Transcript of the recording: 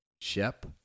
Shep